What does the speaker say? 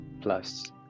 plus